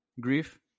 grief